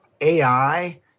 AI